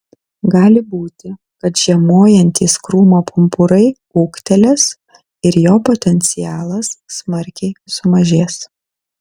gali būti kad žiemojantys krūmo pumpurai ūgtelės ir jo potencialas smarkiai sumažės